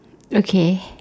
okay